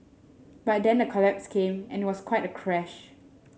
but then the collapse came and it was quite a crash